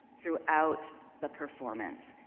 throughout the performance,